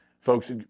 Folks